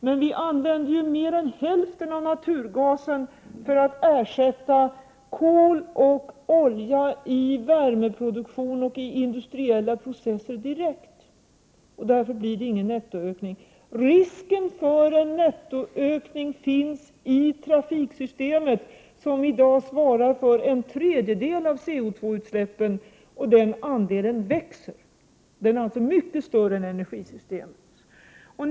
Men vi använder ju mer än hälften av naturgasen för att ersätta kol och olja i värmeproduktion och i industriella processer direkt, och därför blir det ingen nettoökning. Risken för en nettoökning finns i trafiksystemet, som i dag svarar för en tredjedel av CO>utsläppen. Den andelen växer, och den är alltså mycket större än i energisystemet.